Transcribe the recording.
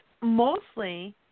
mostly